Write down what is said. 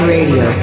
Radio